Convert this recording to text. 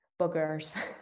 boogers